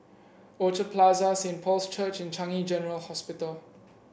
Orchard Plaza Saint Paul's Church and Changi General Hospital